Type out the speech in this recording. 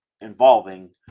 involving